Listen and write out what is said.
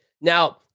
Now